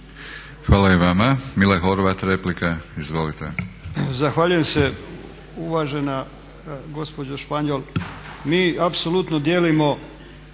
Hvala i vama. Mile Horvat replika. Izvolite.